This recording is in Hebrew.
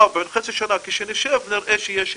או בעוד חצי שנה כשנשב נראה שיש התקדמות.